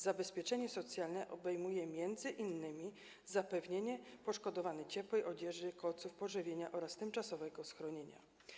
Zabezpieczenie socjalne obejmuje m.in. zapewnienie poszkodowanym ciepłej odzieży, koców, pożywienia oraz tymczasowego schronienia.